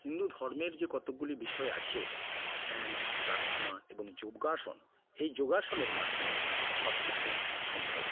হিন্দু ধর্মের যে কতগুলি বিষয় আছে ধ্যান প্রার্থনা এবং যোগাসন এই যোগাসনের মাধ্যমে সবকিছুই সম্ভব